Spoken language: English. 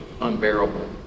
unbearable